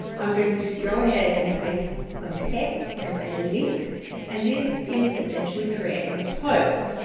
i'm going to go ahead and paste some text and a link and this is essentially creating the post.